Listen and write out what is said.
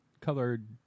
colored